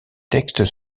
textes